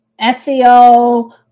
SEO